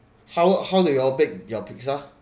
how how do y'all bake your pizza